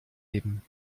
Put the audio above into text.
eben